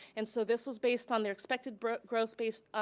and so, this was based on their expected growth growth based